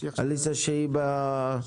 אליסה פרוכט.